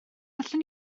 allwn